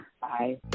Bye